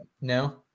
No